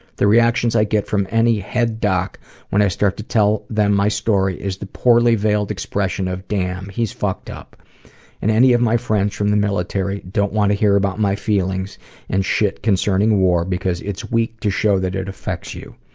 the reactions i get from any head doc when i start to tell them my story is the poorly-veiled expression of, damn, he's fucked-up and any of my friends from the military don't wanna hear about my feelings and shit concerning war because it's weak to show that it affects you,